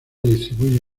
distribuye